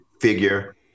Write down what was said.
figure